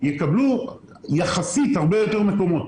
יקבלו יחסית הרבה יותר מקומות.